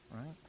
right